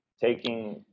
taking